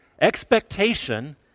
expectation